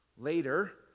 Later